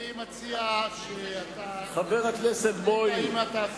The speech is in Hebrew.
אני מציע שתגיד את זה לראש הממשלה שלך.